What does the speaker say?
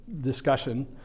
discussion